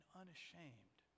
unashamed